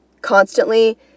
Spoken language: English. constantly